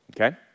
okay